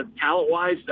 Talent-wise